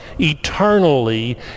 eternally